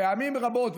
פעמים רבות,